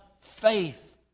faith